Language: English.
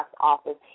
office